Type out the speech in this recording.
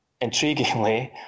intriguingly